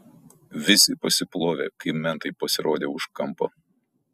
visi pasiplovė kai mentai pasirodė už kampo